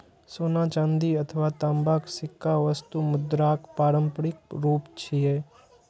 सोना, चांदी अथवा तांबाक सिक्का वस्तु मुद्राक पारंपरिक रूप छियै